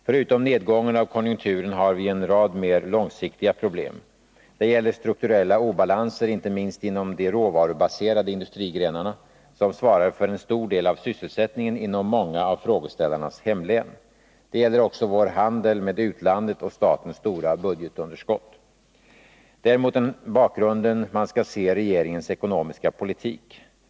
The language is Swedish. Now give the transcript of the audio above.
Förutom nedgången av konjunkturen har vi en rad mer långsiktiga problem. Det gäller strukturella obalanser inte minst inom de råvarubaserade industrigrenarna, som svarar för en stor del av sysselsättningen inom många av frågeställarnas hemlän. Det gäller också vår handel med utlandet och statens stora budgetunderskott. Det är mot den bakgrunden man skall se regeringens ekonomiska politik.